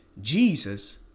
Jesus